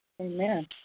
Amen